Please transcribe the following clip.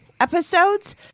episodes